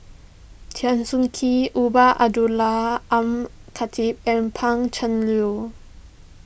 Teo Soon Kim Abdullah Al Khatib and Pan Cheng Lui